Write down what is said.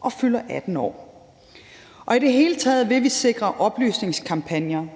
og fylder 18 år. Og i det hele taget vil vi sikre oplysningskampagner